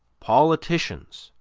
politicians,